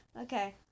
Okay